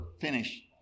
finish